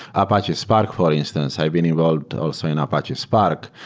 apache spark for instance. i've been involved also in apache spark,